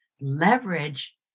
leverage